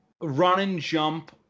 run-and-jump